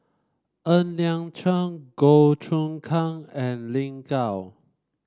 Ng Liang Chiang Goh Choon Kang and Lin Gao